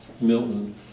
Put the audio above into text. Milton